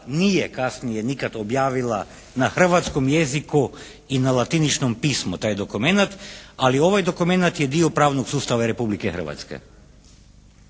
nije kasnije nikad objavila na hrvatskom jeziku i na latiničnom pismu taj dokumenat ali ovaj dokumenat je dio pravnog sustava Republike Hrvatske.